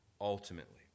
ultimately